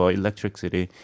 electricity